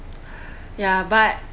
ya but